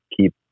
keep